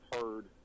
heard